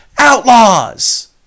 Outlaws